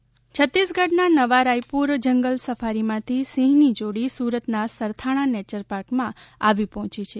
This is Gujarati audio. સુરત સિંહ જોડી છત્તીસગઢના નયા રાયપુર જંગલ સફારીમાંથી સિંહની જોડી સુરતના સરથાણા નેચરપાર્કમાં આવી પહોંચી છે